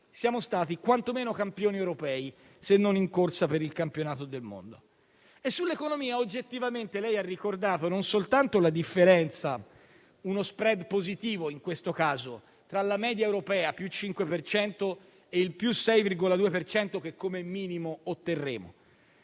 siamo stati quantomeno campioni europei, se non in corsa per il campionato del mondo. Sull'economia oggettivamente lei ha ricordato non soltanto la differenza, uno *spread* positivo in questo caso, tra la crescita media europea del 5 per cento e quella del 6,2 che come minimo otterremo.